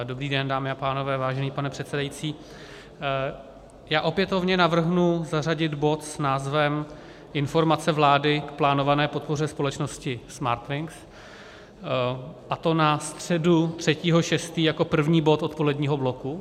Dobrý den, dámy a pánové, vážený pane předsedající, já opětovně navrhnu zařadit bod s názvem Informace vlády k plánované podpoře společnosti Smartwings, a to na středu 3. 6. jako první bod odpoledního bloku.